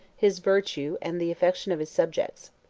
his virtue, and the affection of his subjects.